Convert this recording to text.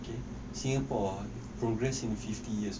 okay singapore progress in fifty years